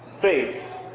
face